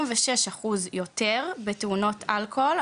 ב- 46% יותר בתאונות אלכוהול.